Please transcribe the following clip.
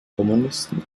kommunisten